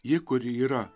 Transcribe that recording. ji kuri yra